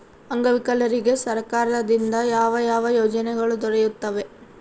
ಅಂಗವಿಕಲರಿಗೆ ಸರ್ಕಾರದಿಂದ ಯಾವ ಯಾವ ಯೋಜನೆಗಳು ದೊರೆಯುತ್ತವೆ?